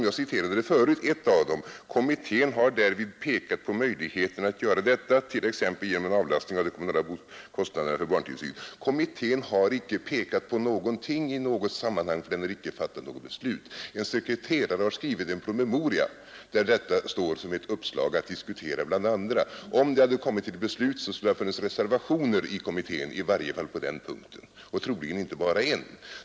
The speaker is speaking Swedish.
Jag citerade förut ett av dessa ställen: ”Kommittén har därvid pekat på möjligheten att göra detta t.ex. genom avlastning av de kommunala kostnaderna för barntillsyn.” Kommittén har icke pekat på någonting i något sammanhang, för den har icke fattat något beslut. En sekreterare har skrivit en promemoria, där detta står som ett uppslag att diskutera bland andra. Om man hade kommit till beslut, skulle det ha funnits reservationer i kommittén, i varje fall på den punkten, och troligen inte bara en reservation.